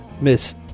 Miss